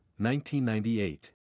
1998